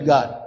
God